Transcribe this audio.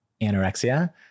anorexia